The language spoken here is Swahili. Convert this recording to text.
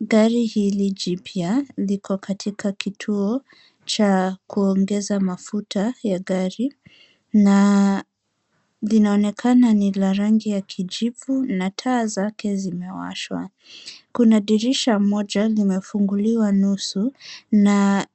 Dari hili jipya liko katika kituo cha kuongeza mafuta ya gari na linaonekana ni la rangi ya kijivu na taa zake zimewashwa. Kuna dirisha moja lake limefunguliwa nusu na